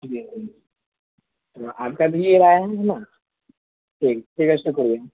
تو آپ کا بھی یہی رائے ہے نا ٹھیک ٹھیک ہے شکریہ